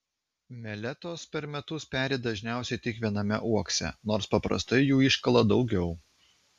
meletos per metus peri dažniausiai tik viename uokse nors paprastai jų iškala daugiau